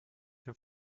dem